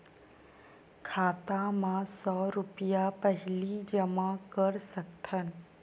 खाता मा सौ रुपिया पहिली जमा कर सकथन?